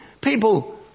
people